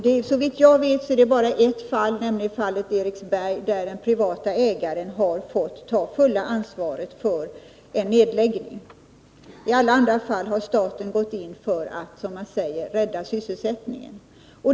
Såvitt jag vet är det bara i ett fall, nämligen fallet Eriksberg, där den privata ägaren har fått ta det fulla ansvaret för en nedläggning; i alla andra fall har staten gått in för att, som man säger, rädda sysselsättningen.